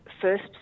first